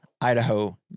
Idaho